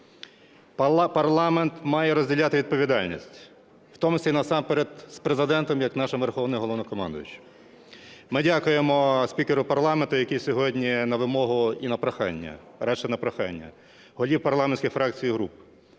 парламент має розділяти відповідальність, в тому числі і насамперед з Президентом як нашим Верховним Головнокомандувачем. Ми дякуємо спікеру парламенту, який сьогодні на вимогу і на прохання, а радше на прохання голів парламентських фракцій і груп